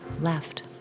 left